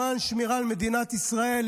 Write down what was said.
למען שמירה על מדינת ישראל,